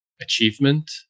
achievement